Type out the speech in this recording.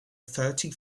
thirty